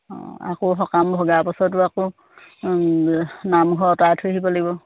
অঁ আকৌ সকাম ভগাৰ পিছতো আকৌ নামঘৰ অঁতাই থৈ আহিব লাগিব